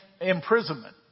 Imprisonment